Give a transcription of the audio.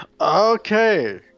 Okay